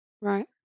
Right